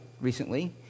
recently